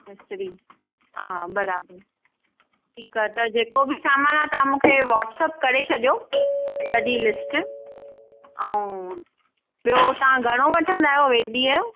मिसिरी हा बराबर ठीक आहे त जेको बि सामानु आहे तव्हां मूंखे व्हाटसअप करे छॾियो सॼी लिस्ट अऊं ॿियो तव्हां घणो वठंदा आहियो वेॾीअ जो